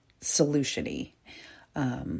solution-y